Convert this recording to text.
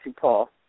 Paul